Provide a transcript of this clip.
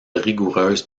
rigoureuses